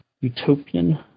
Utopian